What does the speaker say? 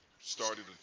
started